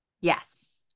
Yes